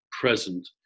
present